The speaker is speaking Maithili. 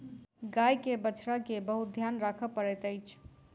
गाय के बछड़ा के बहुत ध्यान राखअ पड़ैत अछि